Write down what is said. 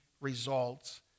results